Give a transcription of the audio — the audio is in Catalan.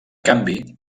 canvi